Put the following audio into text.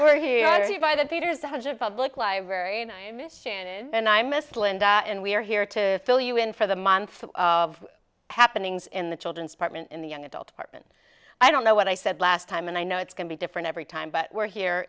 here are you by the theater's one hundred public library and i miss shannon and i miss linda and we're here to fill you in for the month of happenings in the children's partment in the young adult apartment i don't know what i said last time and i know it's going to be different every time but we're here